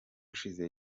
ushize